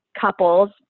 couples